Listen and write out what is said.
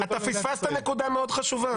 ניר, אתה פספסת נקודה מאוד חשובה.